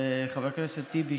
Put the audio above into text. וחבר הכנסת טיבי,